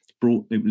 brought